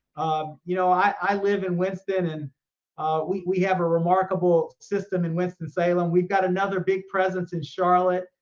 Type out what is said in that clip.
um you know i live in winston and we have a remarkable system in winston-salem. we've got another big presence in charlotte.